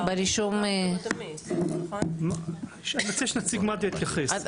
אני מציע שנציג מד"א יתייחס.